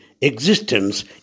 existence